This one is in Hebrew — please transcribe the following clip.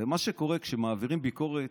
ומה שקורה כשמעבירים ביקורת,